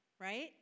right